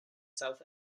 south